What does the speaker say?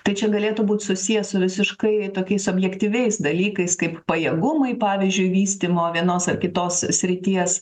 tai čia galėtų būt susiję su visiškai tokiais objektyviais dalykais kaip pajėgumai pavyzdžiui vystymo vienos ar kitos srities